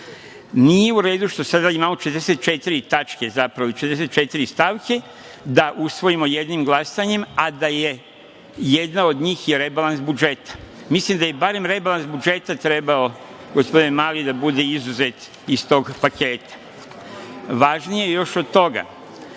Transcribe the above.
mere. Nije u redu što sada imamo 44 tačke, zapravo 44 stavke, da usvojimo jednim glasanjem, a da je jedna od njih i rebalans budžeta. Mislim da je barem rebalans budžeta trebao, gospodine Mali da bude izuzet iz tog paketa. Važnije je još od toga,